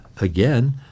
again